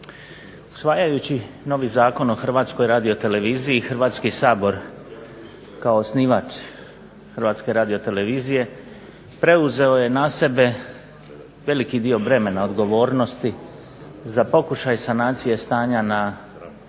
Usvajajući novi Zakon o HRT-u Hrvatski sabor kao osnivač HRT-a preuzeo je na sebe veliki dio bremena odgovornosti za pokušaj sanacije stanja na javnoj